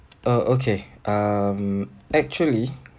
uh okay um actually